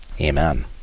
Amen